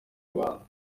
rwanda